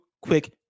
quick